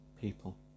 people